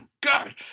God